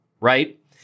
right